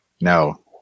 No